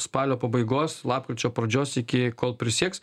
spalio pabaigos lapkričio pradžios iki kol prisieks